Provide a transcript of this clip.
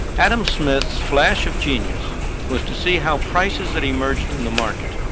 adam smith's flash of genius was to see how prices that emerged in the market,